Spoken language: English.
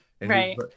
right